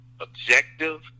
objective